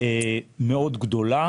מאוד גדולה